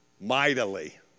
mightily